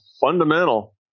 fundamental